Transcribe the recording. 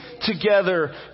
together